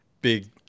big